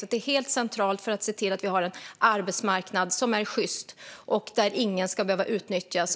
Det är helt centralt för att se till att vi har en arbetsmarknad som är sjyst, där ingen ska behöva utnyttjas.